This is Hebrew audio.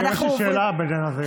רגע, יש לי שאלה בעניין הזה.